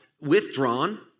withdrawn